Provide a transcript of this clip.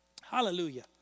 Hallelujah